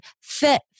fit